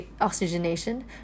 oxygenation